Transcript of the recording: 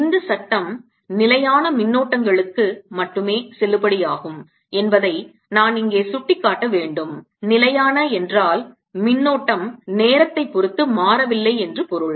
இந்த சட்டம் நிலையான மின்னோட்டங்களுக்கு மட்டுமே செல்லுபடியாகும் என்பதை நான் இங்கே சுட்டிக்காட்ட வேண்டும் நிலையான என்றால் மின்னோட்டம் நேரத்தை பொருத்து மாறவில்லை என்று பொருள்